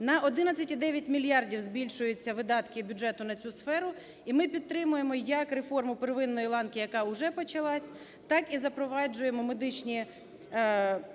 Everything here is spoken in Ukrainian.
На 11,9 мільярдів збільшуються видатки бюджету на цю сферу, і ми підтримуємо як реформу первинної ланки, яка уже почалась, так і запроваджуємо медичні гарантії